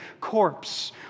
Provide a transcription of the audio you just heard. corpse